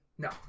No